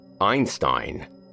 Einstein